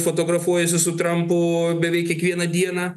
fotografuojasi su trampu beveik kiekvieną dieną